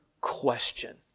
question